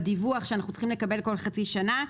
בדיווח שאנחנו צריכים לקבל כל חצי שנה,